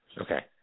Okay